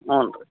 ಹ್ಞೂ ರೀ